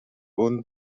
خون